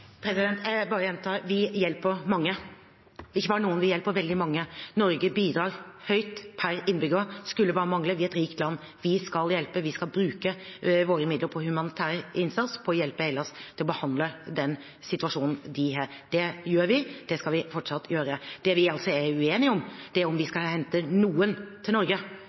Jeg bare gjentar: Vi hjelper mange, ikke bare noen, vi hjelper veldig mange. Norge bidrar mye per innbygger – det skulle bare mangle, vi er et rikt land. Vi skal hjelpe, vi skal bruke våre midler på humanitær innsats og på å hjelpe Hellas til å håndtere den situasjonen de er i. Det gjør vi, og det skal vi fortsatt gjøre. Det vi er uenige om, er om vi skal hente noen til Norge.